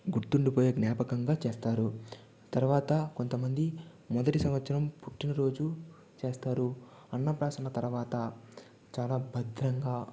గుర్తుండిపోయే జ్ఞాపకంగా చేస్తారు తర్వాత కొంతమంది మొదటి సంవత్సరం పుట్టినరోజు చేస్తారు అన్నప్రాసన తర్వాత చాలా భద్రంగా